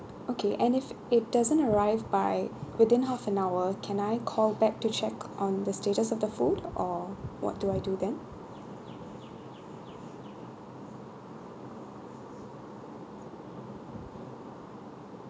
okay and if it doesn't arrive by within half an hour can I call back to check on the status of the food or what do I do then